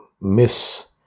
miss